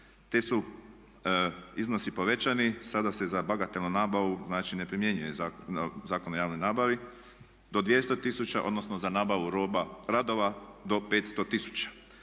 ti su iznosi povećani. Sada se za bagatelnu nabavu, znači ne primjenjuje Zakon o javnoj nabavi do 200 000 odnosno za nabavu roba, radova do 50 000.